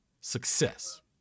success